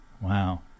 Wow